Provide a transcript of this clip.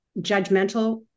judgmental